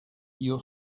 your